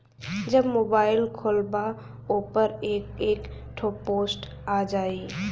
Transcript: जब मोबाइल खोल्बा ओपर एक एक ठो पोस्टर आ जाई